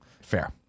Fair